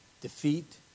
defeat